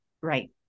Right